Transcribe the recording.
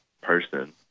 person